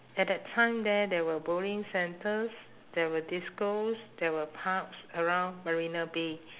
at that time there there were bowling centres there were discos there were pubs around marina bay